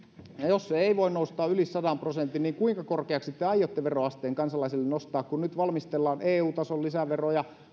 ja jos se ei voi nousta yli sadan prosentin niin kuinka korkeaksi te aiotte veroasteen kansalaisille nostaa kun nyt valmistellaan eu tason lisäveroja